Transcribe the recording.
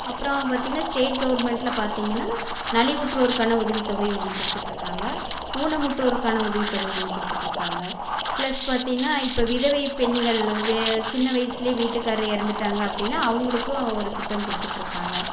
அப்புறம் பார்த்தீங்னா ஸ்டேட் கவர்மெண்ட்டில் பார்த்தீங்கன்னா நலிவுற்றோர்க்கான உதவி தொகை ஒன்று கொடுத்துட்டு இருக்காங்க ஊனமுற்றோர்க்கான உதவி தொகை ஒன்று கொடுத்துட்டு இருக்காங்க பிளஸ் பார்த்தீன்னா இப்போ விதவை பெண்கள் வே சின்ன வயசுலேயே வீட்டுக்காரர் இறந்துட்டாங்க அப்படின்னா அவர்களுக்கும் ஒரு திட்டம் கொடுத்துட்டு இருக்காங்க